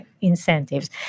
incentives